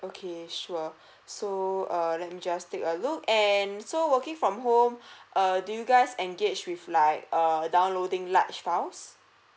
okay sure so err let me just take a look and so working from home err do you guys engage with like err downloading large files